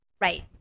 Right